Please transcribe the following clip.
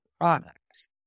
products